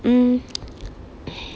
mm